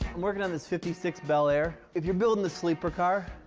working on this fifty six bel air. if you're building a sleeper car,